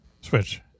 Switch